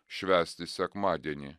švęsti sekmadienį